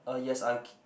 uh yes I